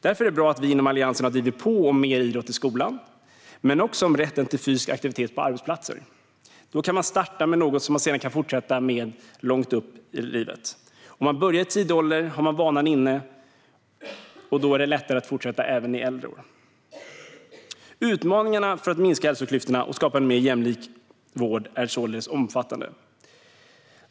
Därför är det bra att vi inom Alliansen har drivit på för mer idrott i skolan och rätt till fysisk aktivitet på arbetsplatser. Då kan man börja med något som man kan fortsätta med resten av livet. Om man börjar i en tidig ålder har man vanan inne, och då är det lättare att fortsätta även i äldre år. Utmaningarna för att minska hälsoklyftorna och skapa en mer jämlik vård är således omfattande.